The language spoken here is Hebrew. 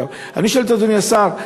אני שואל את אדוני השר: